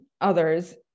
others